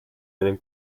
einen